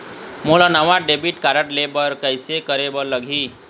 मोला नावा debit card लेबर हे, कइसे करे बर लगही?